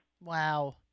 Wow